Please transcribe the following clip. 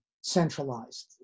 centralized